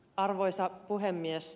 arvoisa puhemies